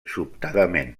sobtadament